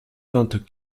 vingt